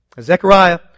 Zechariah